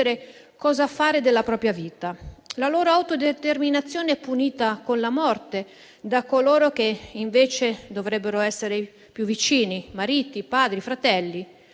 cosa fare della propria vita. La loro autodeterminazione è punita con la morte da coloro che invece dovrebbero essere più vicini: mariti, padri, fratelli.